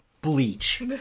bleach